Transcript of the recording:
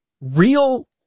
Real